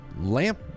lamp